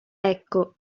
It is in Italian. ecco